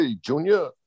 junior